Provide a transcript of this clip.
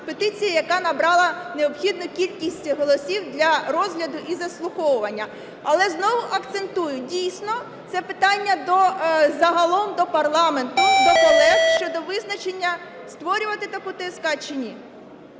петиція, яка набрала необхідну кількість голосів для розгляду і заслуховування. Але знову акцентую, дійсно, це питання загалом до парламенту, до колег щодо визначення створювати таку ТСК чи ні.